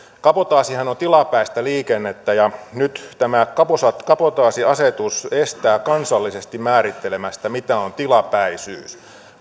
kabotaasihan on tilapäistä liikennettä ja nyt tämä kabotaasiasetus estää kansallisesti määrittelemästä mitä on tilapäisyys